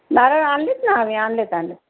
नारळ आणले आहेत ना आम्ही आणले आहेत आणले आहेत